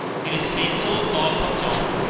it is safe till a thaw comes on,